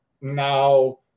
now –